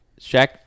Shaq